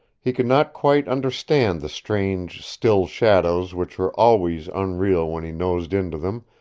he could not quite understand the strange, still shadows which were always unreal when he nosed into them,